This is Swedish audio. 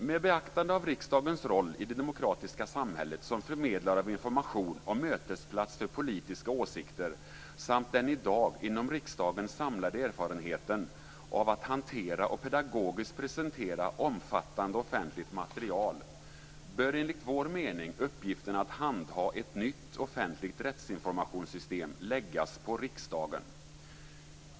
Med beaktande av riksdagens roll i det demokratiska samhället som förmedlare av information och mötesplats för politiska åsikter samt den i dag inom riksdagen samlade erfarenheten av att hantera och pedagogiskt presentera omfattande offentligt material bör enligt vår mening uppgiften att handa ett nytt offentligt rättsinformationssystem läggas på riksdagen.